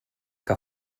que